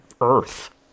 earth